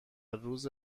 روز